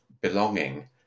belonging